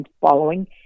following